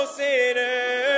sinner